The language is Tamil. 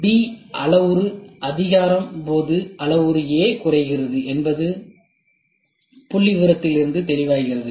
B அளவுரு அதிகரிக்கும் போது அளவுரு A குறைகிறது என்பது புள்ளிவிவரத்திலிருந்து தெளிவாகிறது